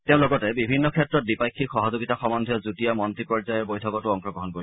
তেওঁ লগতে বিভিন্ন ক্ষেত্ৰত দ্বিপাক্ষিক সহযোগিতা সম্বন্ধীয় যুটীয়া মন্ত্ৰী পৰ্যায়ৰ বৈঠকতো অংশগ্ৰহণ কৰিব